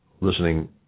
listening